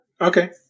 Okay